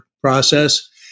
process